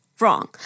Wrong